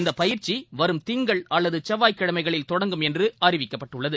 இந்தபயிற்சிவரும் திங்கள் அல்லதுசெவ்வாய் கிழமைகளில் தொடங்கும் என்றுஅறிவிக்கப்பட்டுள்ளது